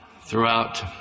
throughout